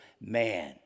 man